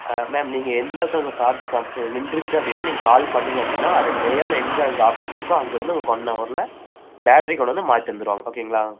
ஆ ma'am நீங்கள் எந்த இடத்துல உங்களுக்கு சார்ஜ் கம் நின்ட்ருச்சு அப்படின்னா நீங்கள் கால் பண்ணிங்க அப்படின்னா அதற்கு நியர்லீ எங்கே அங்கே ஆஃபீஸ் இருக்கோ அங்கே இருந்து உங்களுக்கு ஒன் ஹவரில் பேட்டரி கொண்டு வந்து மாற்றி தந்துருவாங்க ஓகேங்களா